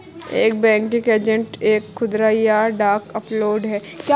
एक banking agent एक खुदरा या डाक आउटलेट है